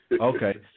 Okay